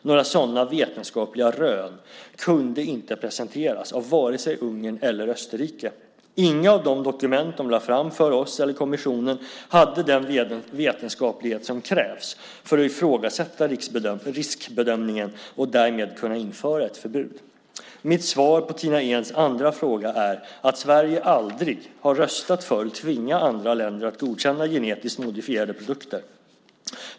Några sådana vetenskapliga rön kunde inte presenteras av vare sig Ungern eller Österrike. Inga av de dokument de lade fram för oss eller kommissionen hade den vetenskaplighet som krävs för att ifrågasätta riskbedömningen och därmed kunna införa ett förbud. Mitt svar på Tina Ehns andra fråga är att Sverige aldrig har röstat för att tvinga andra länder att godkänna genetiskt modifierade produkter.